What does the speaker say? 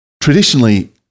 Traditionally